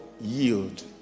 yield